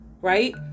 right